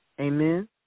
Amen